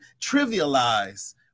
trivialize